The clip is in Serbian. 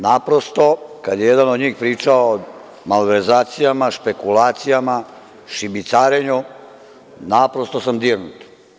Naprosto, kada je jedan od njih pričao o malverzacijama, špekulacijama, šibicarenju, naprosto sam dirnut.